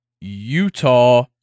Utah